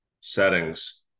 settings